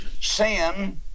Sin